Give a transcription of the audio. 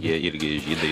jie irgi žydai